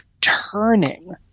turning